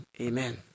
Amen